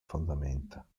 fondamenta